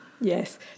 Yes